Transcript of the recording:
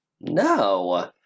No